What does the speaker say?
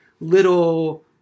little